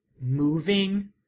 moving